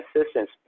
assistance